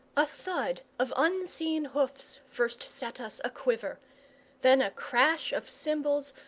a thud of unseen hoofs first set us aquiver then a crash of cymbals,